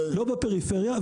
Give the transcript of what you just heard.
לא בפריפריה,